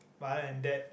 but other than that